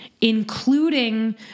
including